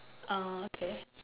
ah okay